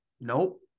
nope